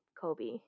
Kobe